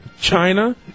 China